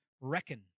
reckon